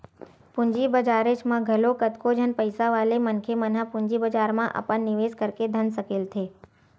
पूंजी बजारेच म घलो कतको झन पइसा वाले मनखे मन ह पूंजी बजार म अपन निवेस करके धन सकेलथे